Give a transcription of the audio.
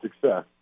success